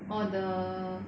orh the